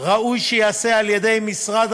חבר הכנסת נחמן שי, בבקשה,